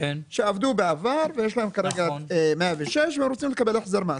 שעבדו בעבר ויש להם כרגע 106 והם רוצים לקבל החזר מס.